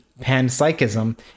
panpsychism